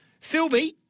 Philby